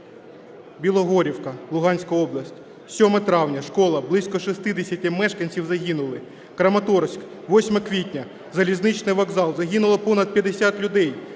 Білогорівка, Луганська область, 7 травня, школа, близько 60 мешканців загинули. Краматорськ, 8 квітня, залізничний вокзал, загинуло понад 50 людей.